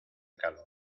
calor